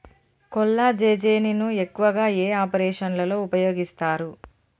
కొల్లాజెజేని ను ఎక్కువగా ఏ ఆపరేషన్లలో ఉపయోగిస్తారు?